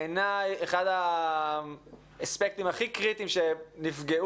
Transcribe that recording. בדבר שבעיניי הוא אחד האספקטים הכי קריטיים שנפגעו